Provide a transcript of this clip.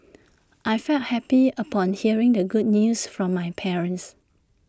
I felt happy upon hearing the good news from my parents